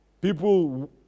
People